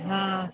हा